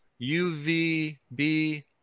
UVB